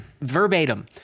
verbatim